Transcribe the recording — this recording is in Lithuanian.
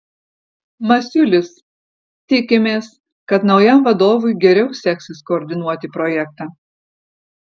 masiulis tikimės kad naujam vadovui geriau seksis koordinuoti projektą